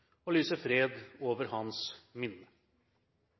og lyser fred over hans minne.